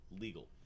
legal